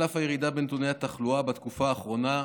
על אף הירידה בנתוני התחלואה בתקופה האחרונה,